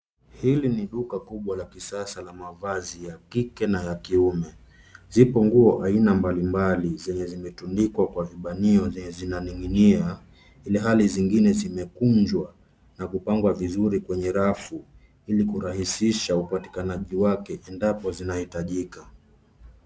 Hili ni duka kubwa la kisasa la mavazi ya kike na ya kiume. Zipo nguo aina mbalimbali zenye zimetundikwa kwa vibanio zenye zinaning'inia ilhali zingine zimekunjwa na kupangwa vizuri kwenye rafu ili kurahisisha upatikanaji wake endapo zinahitajika.